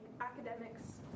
academics